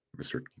Mr